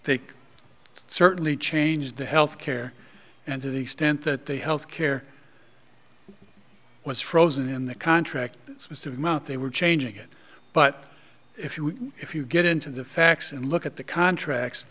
take certainly changed the health care and to the extent that they health care was frozen in the contract specific amount they were changing it but if you if you get into the facts and look at the contracts